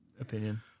opinion